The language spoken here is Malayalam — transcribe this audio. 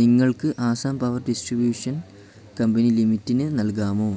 നിങ്ങൾക്ക് ആസാം പവർ ഡിസ്ട്രിബ്യൂഷൻ കമ്പനി ലിമിറ്റിന് നൽകാമോ